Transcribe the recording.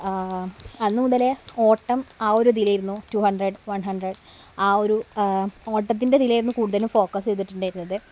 അന്നുമുതലേ ഓട്ടം ആ ഒരിതിലായിരുന്നു ടൂ ഹൺഡ്രഡ് വൺ ഹൺഡ്രഡ് ആ ഒരു ഓട്ടത്തിൻ്റെ ഇതിലായിരുന്നു ഫോക്കസ് ചെയ്തിട്ടുണ്ടായിരുന്നത്